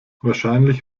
wahrscheinlich